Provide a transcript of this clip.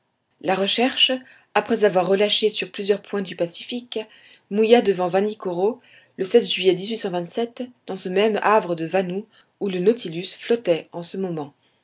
la recherche après avoir relâché sur plusieurs points du pacifique mouilla devant vanikoro le juillet dans ce même havre de vanou où le nautilus flottait en ce moment